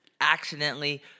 accidentally